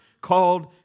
called